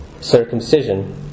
circumcision